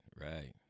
right